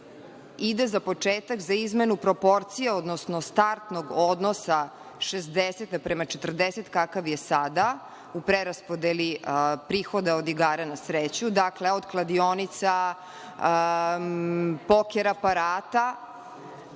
ide za početak za izmenu proporcija, odnosno startnog odnosa 60 prema 40, kako je sada u preraspodeli prihoda od igara na sreću, dakle od kladionica, poker aparata